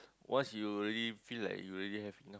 once you already feel like you already have enough